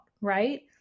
Right